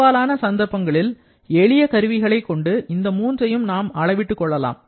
பெரும்பாலான சந்தர்ப்பங்களில் எளிய கருவிகளைக் கொண்டு இந்த மூன்றையும் நாம் அளவிட்டுக் கொள்ளலாம்